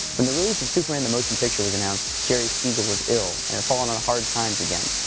when the release of superman the motion picture was announced, jerry siegel was ill, and had fallen on hard times again.